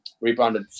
rebranded